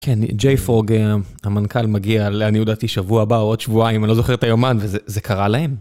כן, ג'יי פורג המנכ״ל מגיע, אני הודעתי שבוע הבא או עוד שבועה אם אני לא זוכר את היומן וזה קרה להם.